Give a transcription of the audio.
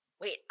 wait